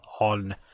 on